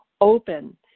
open